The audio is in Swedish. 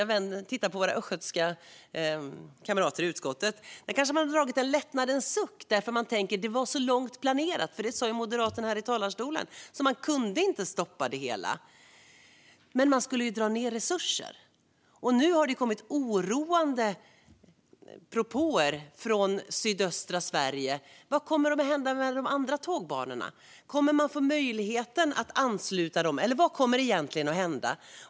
Jag tittar på våra östgötska kamrater i utskottet här i kammaren. Man kanske drar en lättnadens suck för att det var så långt planerat att man inte kunde stoppa det hela. Det sa moderaten här i talarstolen. Men man ska dra ned resurser. Nu har det kommit oroande propåer från sydöstra Sverige. Vad kommer att hända med de andra tågbanorna? Kommer man att få möjligheten att ansluta dem? Vad kommer egentligen att hända?